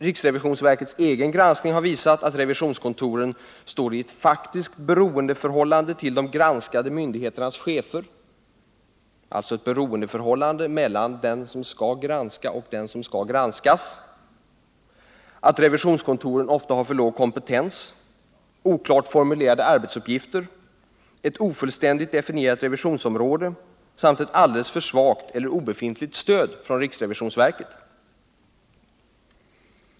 Riksrevisionsverkets egen granskning har visat att revisionskontoren står i ett faktiskt beroendeförhållande till de granskade myndigheternas chefer, alltså ett beroendeförhållande mellan dem som skall granska och dem som skall granskas, att revisionskontoren ofta har låg kompetens, oklart formulerade arbetsuppgifter, ett ofullständigt definierat revisionsområde samt ett alldeles för svagt eller obefintligt stöd från riksrevisionsverket.